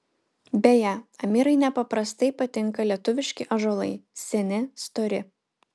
beje amirai nepaprastai patinka lietuviški ąžuolai seni stori